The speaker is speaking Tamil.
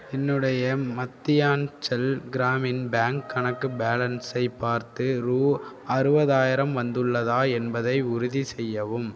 என்னுடைய மத்தியான்ச்சல் கிராமின் பேங்க் கணக்கு பேலன்ஸை பார்த்து ரூ அறுபதாயிரம் வந்துள்ளதா என்பதை உறுதிசெய்யவும்